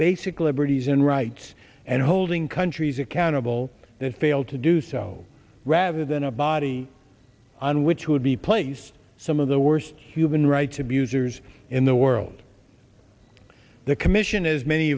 basic liberties and rights and holding countries accountable they failed to do so rather than a body on which would be place some of the worst human rights abusers in the world the commission as many